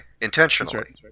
intentionally